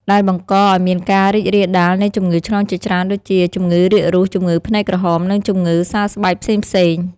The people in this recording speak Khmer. ដែលបង្កឱ្យមានការរីករាលដាលនៃជំងឺឆ្លងជាច្រើនដូចជា ជំងឺរាគរូស ជំងឺភ្នែកក្រហម និងជំងឺសើស្បែកផ្សេងៗ។